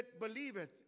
believeth